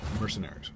mercenaries